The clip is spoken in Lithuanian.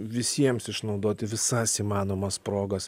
visiems išnaudoti visas įmanomas progas